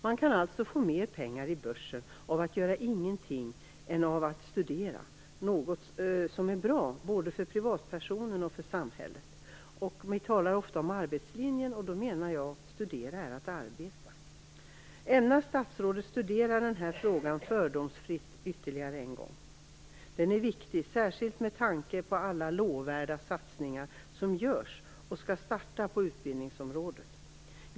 Man kan alltså få mer pengar i börsen av att göra ingenting än av att studera, något som är bra både för privatpersonen och för samhället. Vi talar ofta om arbetslinjen, men enligt min mening är att studera att arbeta. Ämnar statsrådet studera den här frågan fördomsfritt ytterligare en gång? Den är viktig, särskilt med tanke på alla lovvärda satsningar som görs och skall starta på utbildningsområdet.